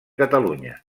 catalunya